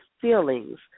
feelings